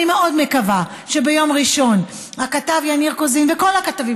אני מאוד מקווה שביום ראשון הכתב יניר קוזין וכל הכתבים